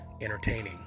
entertaining